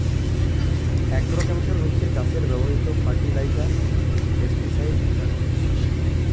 agrochemical হচ্ছে চাষে ব্যবহৃত ফার্টিলাইজার, পেস্টিসাইড ইত্যাদি